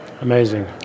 Amazing